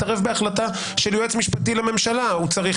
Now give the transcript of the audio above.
מתערב בהחלטה של יועץ משפטי לממשלה הוא צריך